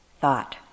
thought